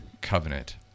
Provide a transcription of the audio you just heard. covenant